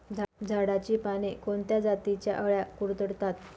झाडाची पाने कोणत्या जातीच्या अळ्या कुरडतात?